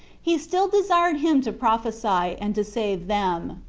he still desired him to prophesy, and to save them.